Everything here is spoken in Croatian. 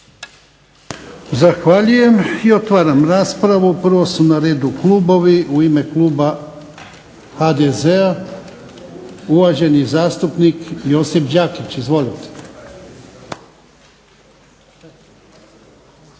Zahvaljujem. I otvaram raspravu. Prvo su na redu klubovi. U ime kluba HDZ-a uvaženi zastupnik Josip Đakić, izvolite.